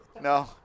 no